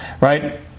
Right